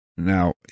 Now